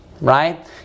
Right